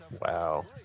Wow